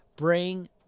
Bring